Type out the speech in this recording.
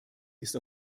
ist